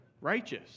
righteous